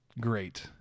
great